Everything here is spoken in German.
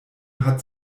hat